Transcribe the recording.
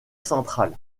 centrale